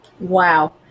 Wow